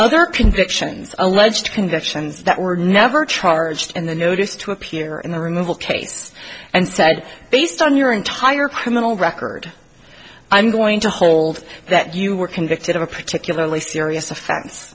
other convictions alleged convictions that were never charged in the notice to appear in the removal case and said based on your entire criminal record i'm going to hold that you were convicted of a particularly serious offen